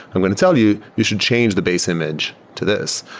i'm going to tell you, you should change the base image to this.